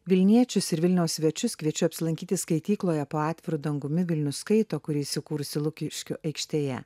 vilniečius ir vilniaus svečius kviečiu apsilankyti skaitykloje po atviru dangumi vilnius skaito kuri įsikūrusi lukiškių aikštėje